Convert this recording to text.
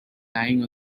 lying